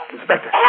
Inspector